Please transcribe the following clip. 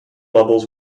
levels